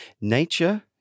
Nature